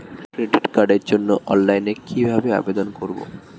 Credit কার্ডের জন্য অনলাইনে কিভাবে আবেদন করব?